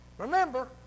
Remember